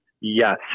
Yes